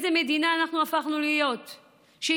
לאיזו מדינה אנחנו הפכנו להיות שאישה